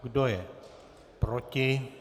Kdo je proti?